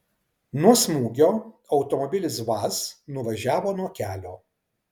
nuo smūgio automobilis vaz nuvažiavo nuo kelio